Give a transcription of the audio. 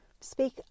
speak